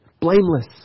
blameless